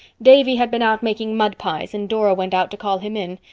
davy had been out making mud pies and dora went out to call him in.